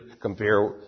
compare